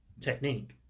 technique